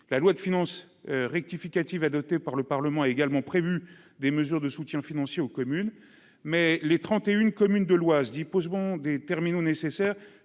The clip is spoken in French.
la loi de finances rectificative adoptée par le Parlement, a également prévu des mesures de soutien financier aux communes mais les 31 communes de l'Oise poseront des terminaux nécessaires